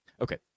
Okay